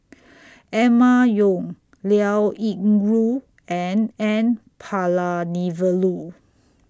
Emma Yong Liao Yingru and N Palanivelu